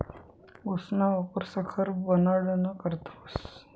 ऊसना वापर साखर बनाडाना करता व्हस